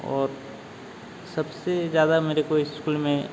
और सबसे ज़्यादा मेरे को इस्कुल में